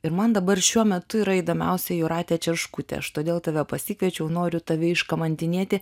ir man dabar šiuo metu yra įdomiausia jūratė čerškutė aš todėl tave pasikviečiau noriu tave iškamantinėti